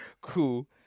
cool